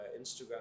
Instagram